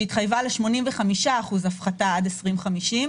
שהתחייבה ל-85% הפחתה עד שנת 2050,